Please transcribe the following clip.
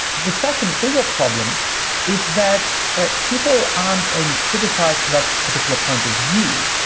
the second bigger problem is that ah people aren't only criticized. that particular point of view,